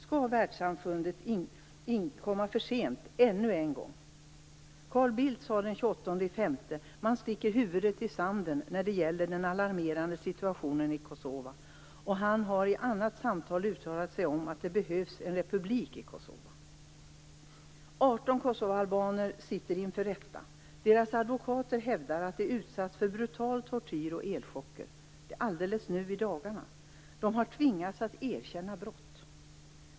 Skall världssamfundet komma för sent ännu en gång? Carl Bildt sade den 28 maj: Man sticker huvudet i sanden när det gäller den alarmerande situationen i Kosova. Han har i ett annat samtal uttalat sig om att det behövs en republik i Kosova. 18 kosovaalbaner sitter inför rätta. Deras advokater hävdar att de utsatts för brutal tortyr och elchocker. Det är alldeles nu i dagarna. De har tvingats att erkänna brott.